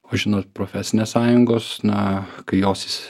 o žinot profesinės sąjungos na kai jos